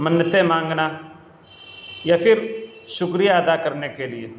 منتیں مانگنا یا پھر شکریہ ادا کرنے کے لیے